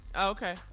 Okay